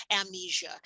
amnesia